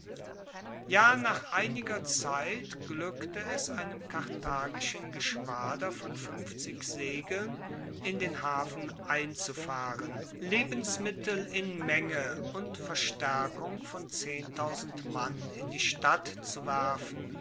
ja nach einiger zeit glueckte es einem karthagischen geschwader von segeln in den hafen einzufahren lebensmittel in menge und verstaerkung von mann in die stadt zu werfen